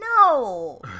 No